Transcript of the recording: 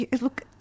Look